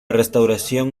restauración